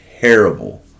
terrible